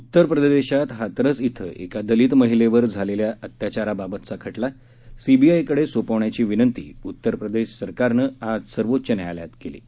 उत्तर प्रदेशात हाथरस इथं एका दलित महिलेवर झालेल्या अत्याचाराबाबतचा खटला सी बी आय कडे सोपवण्याची विनंती उत्तर प्रदेश सरकारनं आज सर्वोच्च न्यायालयात केली आहे